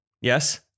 Yes